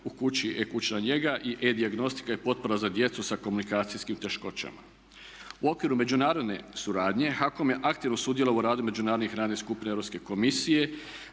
u kući E kućna njega i E dijagnostika i potpora za djecu sa komunikacijskim teškoćama. U okviru međunarodne suradnje HAKOM je aktivno sudjelovao u radu međunarodnih radnih skupina Europske komisije,